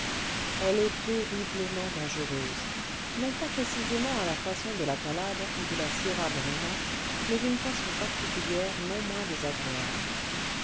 elle est horriblement dangereuse non pas précisément à la façon de la calabre ou de la sierra morena mais d'une façon particulière non moins désagréable